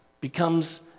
becomes